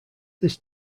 this